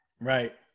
Right